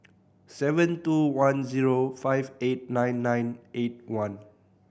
seven two one zero five eight nine nine eight one